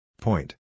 Point